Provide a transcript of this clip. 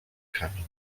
kamień